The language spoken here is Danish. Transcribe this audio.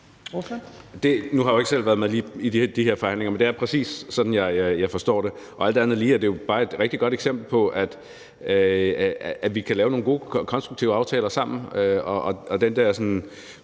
har jeg jo ikke selv været med lige i de her forhandlinger, men det er præcis sådan, jeg forstår det, og alt andet lige er det jo bare et rigtig godt eksempel på, at vi kan lave nogle gode, konstruktive aftaler sammen.